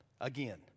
again